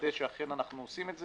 ותוודא שאכן אנחנו עושים את זה.